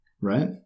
Right